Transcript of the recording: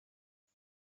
است